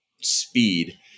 speed